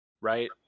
Right